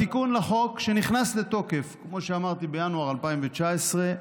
התיקון לחוק, שנכנס לתוקף בינואר 2019,